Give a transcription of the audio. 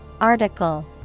Article